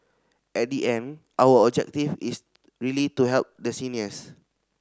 at the end our objective is really to help the seniors